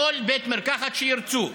בכל בית מרקחת שירצו.